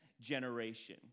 generation